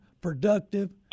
productive